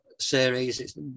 series